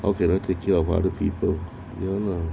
I cannot take care of other people lah